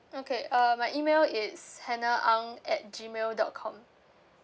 okay uh my email it's hannah ang at gmail dot com